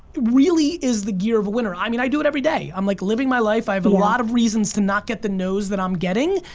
really is the ger of a winner. i mean i do it everyday. i'm like living my life, i have a lot of reasons to not get the nos that i'm getting,